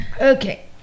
Okay